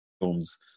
films